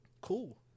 cool